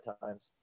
times